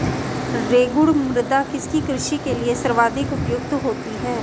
रेगुड़ मृदा किसकी कृषि के लिए सर्वाधिक उपयुक्त होती है?